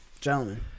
gentlemen